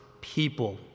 people